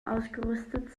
ausgerüstet